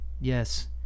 Yes